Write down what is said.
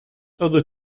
other